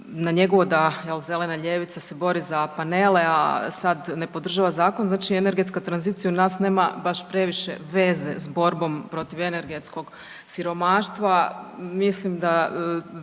na njegovo da, je li, zelena ljevica se bori za panele, a sad ne podržava Zakon, znači energetska tranzicija u nas nema baš previše veze s borbom protiv energetskog siromaštva. Mislim da